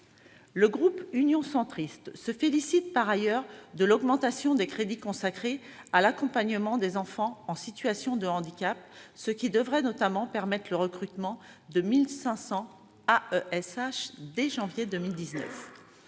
Le groupe Union Centriste se félicite par ailleurs de l'augmentation des crédits consacrés à l'accompagnement des enfants en situation de handicap, ce qui devrait notamment permettre le recrutement de 1 500 AESH dès janvier 2019.